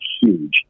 huge